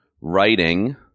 writing